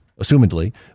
assumedly